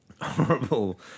horrible